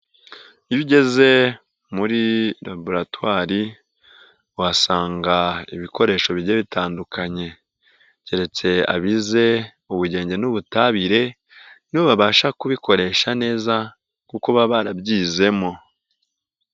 Iyo ugeze muri raburatwri, uhasanga ibikoresho bijye bitandukanye keretse abize ubugenge n'ubutabire nobobabasha kubikoresha neza, kuko baba barabyizemo.